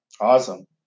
awesome